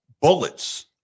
Bullets